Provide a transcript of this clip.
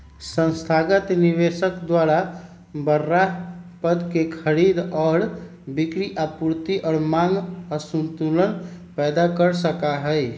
संस्थागत निवेशक द्वारा बडड़ा पद के खरीद और बिक्री आपूर्ति और मांग असंतुलन पैदा कर सका हई